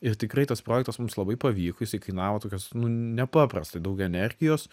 ir tikrai tas projektas mums labai pavyko jisai kainavo tokios nu nepaprastai daug energijos